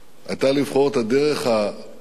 היתה לבחור את הדרך הקשה,